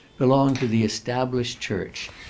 belong to the established church,